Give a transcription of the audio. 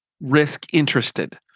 risk-interested